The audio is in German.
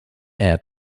air